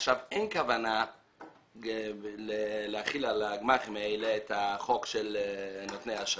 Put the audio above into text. אין כוונה להחיל על הגמ"חים האלה את החוק של נותני אשראי.